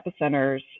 Epicenters